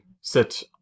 sit